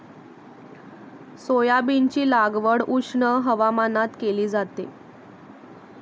सोयाबीनची लागवड उष्ण हवामानात केली जाते